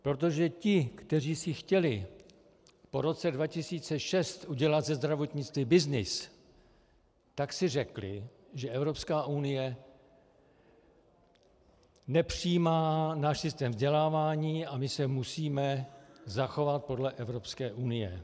Protože ti, kteří si chtěli po roce 2006 udělat ze zdravotnictví byznys, tak si řekli, že Evropská unie nepřijímá náš systém vzdělávání a my se musíme zachovat podle Evropské unie.